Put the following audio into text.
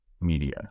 media